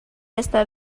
esta